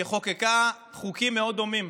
שחוקקה חוקים מאוד דומים.